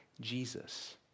Jesus